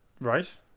Right